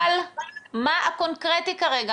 ענבל, מה הקונקרטי כרגע?